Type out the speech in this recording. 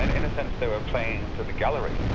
and in a sense they were playing to the gallery.